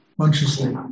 consciously